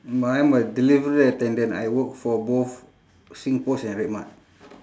I'm a delivery attendant I work for both singpost and redmart